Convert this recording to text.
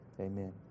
Amen